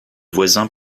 voisins